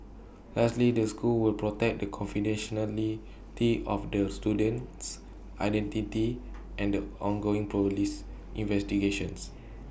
lastly the school will protect the confidentiality of the student's identity and the ongoing Police investigations